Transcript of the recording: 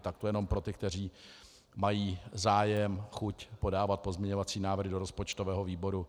Tak to jenom pro ty, kteří mají zájem a chuť podávat pozměňovací návrhy do rozpočtového výboru.